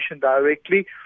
directly